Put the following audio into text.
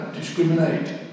discriminate